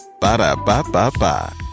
Ba-da-ba-ba-ba